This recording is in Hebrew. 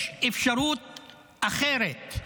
יש אפשרות אחרת,